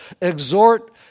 Exhort